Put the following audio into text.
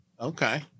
Okay